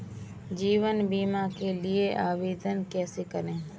जीवन बीमा के लिए आवेदन कैसे करें?